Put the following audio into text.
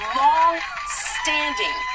long-standing